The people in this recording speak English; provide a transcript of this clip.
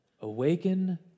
Awaken